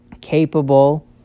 capable